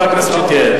חבר הכנסת שטרית.